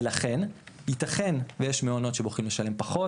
ולכן, ייתכן ויש מעונות שבוחרים לשלם פחות.